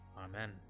Amen